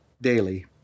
daily